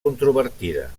controvertida